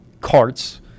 carts